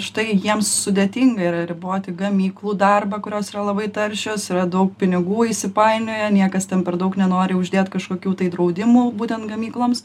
štai jiems sudėtinga yra riboti gamyklų darbą kurios yra labai taršios yra daug pinigų įsipainioję niekas ten per daug nenori uždėti kažkokių tai draudimų būtent gamykloms